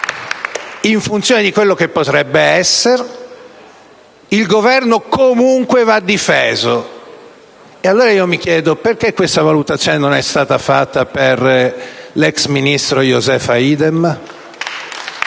in funzione di quello che potrebbe essere, il Governo comunque va difeso. E allora io mi chiedo: perché questa valutazione non è stata fatta per l'ex ministro Josefa Idem?